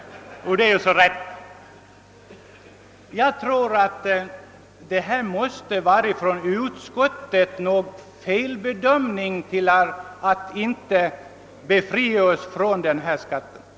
Det måste ha varit en felbedömning när utskottet inte tillstyrkt vårt förslag om befrielse från mervärdeskatt.